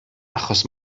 achos